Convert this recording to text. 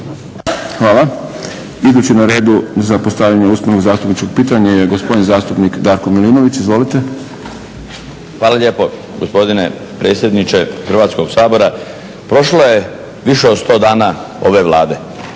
(SDP)** Idući na redu za postavljanje usmenog zastupničkog pitanja je gospodin zastupnik Darko Milinović. Izvolite. **Milinović, Darko (HDZ)** Hvala lijepo gospodine predsjedniče Hrvatskog sabora. Prošlo je više od 100 dana ove Vlade.